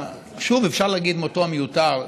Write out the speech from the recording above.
שוב אפשר להגיד מותו המיותר,